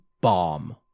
bomb